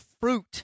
fruit